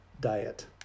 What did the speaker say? diet